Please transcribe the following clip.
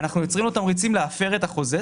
אנחנו יוצרים לו תמריצים להפר את החוזה.